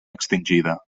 extingida